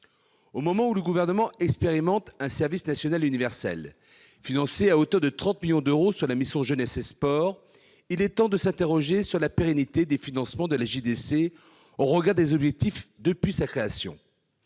Au moment où le Gouvernement expérimente un service national universel, financé à hauteur de 30 millions d'euros sur la mission « Sport, jeunesse et vie associative », il est temps de s'interroger sur la pérennité des financements de la JDC au regard des objectifs depuis sa création.